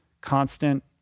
constant